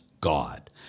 God